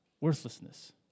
worthlessness